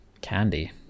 candy